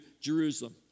Jerusalem